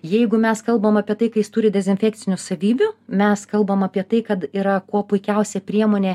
jeigu mes kalbam apie tai kad jis turi dezinfekcinių savybių mes kalbam apie tai kad yra kuo puikiausia priemonė